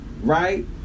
Right